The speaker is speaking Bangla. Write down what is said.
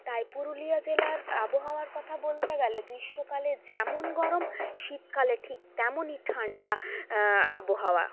তাই পুরুলিয়া জেলার আবহাওয়ার কথা বলতে গেলে গ্রীষ্মকালে যেমন গরম শীতকালে ঠিক তেমনই ঠান্ডা আবহাওয়া